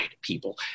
people